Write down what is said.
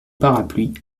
parapluie